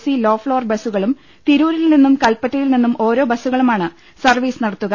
C low floor ബസുകളും തിരൂരിൽ നിന്നും കൽപ്പറ്റയിൽ നിന്നും ഓരോ ബസുമാണ് സർവീസ് നടത്തുക